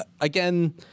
again